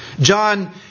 John